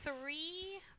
three